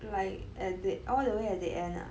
like at the all the way at the end ah